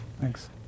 Thanks